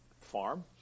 farm